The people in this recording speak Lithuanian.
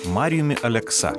marijumi aleksa